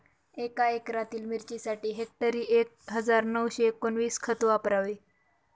एका एकरातील मिरचीसाठी हेक्टरी एक हजार नऊशे एकोणवीस खत वापरावे